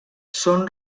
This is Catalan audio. són